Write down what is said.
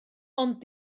ond